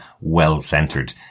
well-centered